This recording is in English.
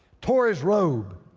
tore his robe,